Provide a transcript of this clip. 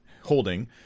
holding